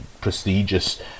prestigious